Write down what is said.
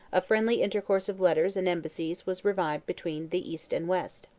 a friendly intercourse of letters and embassies was revived between the east and west.